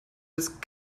jetzt